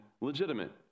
legitimate